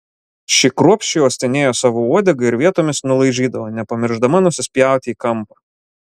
ši kruopščiai uostinėjo savo uodegą ir vietomis nulaižydavo nepamiršdama nusispjauti į kampą